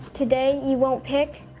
today, you won't pick.